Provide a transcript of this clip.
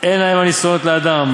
הנה הם ניסיונות לאדם.